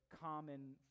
common